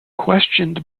questioned